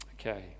Okay